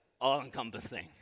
all-encompassing